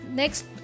next